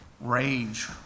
rage